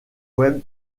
web